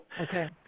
Okay